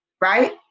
Right